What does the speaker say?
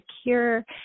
secure